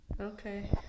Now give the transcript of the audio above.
Okay